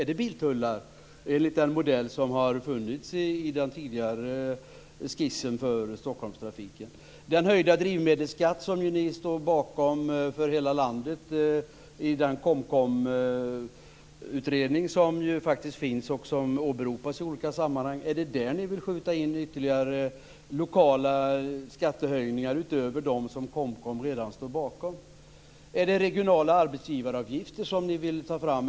Är det biltullar enligt den modell som har funnits i den tidigare skissen för Stockholmstrafiken? Eller handlar det om den höjda drivmedelsskatt för hela landet som ni står bakom i den KOMKOM-utredning som finns och som åberopas i olika sammanhang? Är det där ni vill skjuta in ytterligare lokala skattehöjningar utöver dem som KOMKOM redan står bakom? Är det regionala arbetsgivaravgifter ni vill ta fram?